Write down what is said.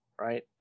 right